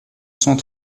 cent